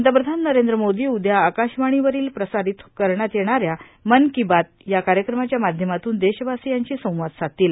पंतप्रधान नरेंद्र मोदी उद्या आकाशवाणीवरून प्रसारित करण्यात येणाऱ्या मन की बात या कार्यक्रमाच्या माध्यमातून देशवासियांशी संवाद साधतील